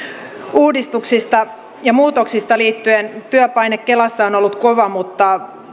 uudistuksista ja muutoksista johtuen työpaine kelassa on ollut kova mutta